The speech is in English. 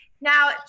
Now